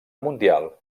mundial